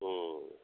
ହୁଁ